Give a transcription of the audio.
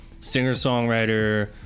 singer-songwriter